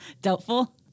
Doubtful